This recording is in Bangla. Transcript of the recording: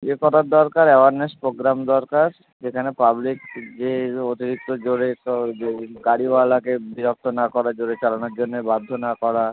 এ করার দরকার অ্যাওয়ারনেস প্রোগ্রাম দরকার যেখানে পাবলিক যে ওদেরকে জোরে ক যে গাড়িওয়ালাকে বিরক্ত না করে জোরে চালানোর জন্যে বাধ্য না করা